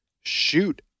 shoot